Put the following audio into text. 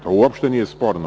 To uopšte nije sporno.